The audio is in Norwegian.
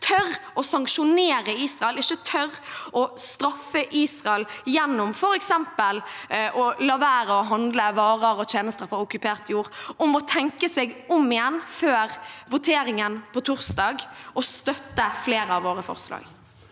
ikke tør å sanksjonere Israel, ikke tør å straffe Israel gjennom f.eks. å la være å handle varer og tjenester fra okkupert jord, er at de tenker seg om før voteringen på torsdag, og støtter flere av våre forslag.